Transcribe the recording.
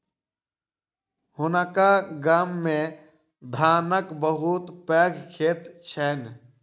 हुनका गाम मे धानक बहुत पैघ खेत छैन